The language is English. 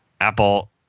Apple